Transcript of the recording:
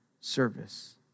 service